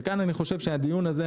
כאן אני חושב שהדיון הזה,